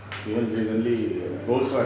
you know recently Rolls Royce